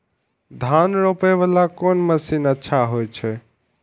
धान रोपे वाला कोन मशीन अच्छा होय छे?